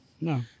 No